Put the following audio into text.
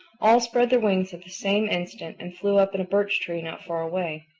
all spread their wings at the same instant and flew up in a birch-tree not far away.